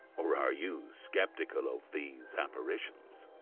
or are you sceptical of these apparitions?